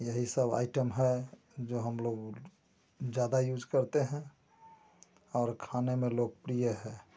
यही सब आइटम है जो हम लोग ज़्यादा यूज करते हैं और खाने में लोकप्रिय है